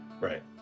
right